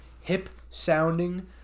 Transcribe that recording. hip-sounding